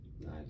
Nice